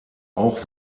auch